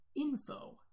info